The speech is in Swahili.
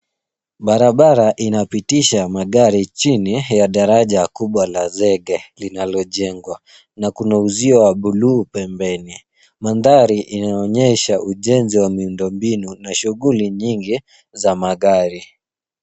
Barabara inapitisha magari chini ya daraja kubwa la zege linalojengwa na kuna uzio wa buluu pembeni. Mandhari inaonyesha ujenzi wa miundombinu na shughuli nyingi za magari.